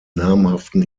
namhaften